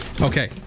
Okay